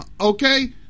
Okay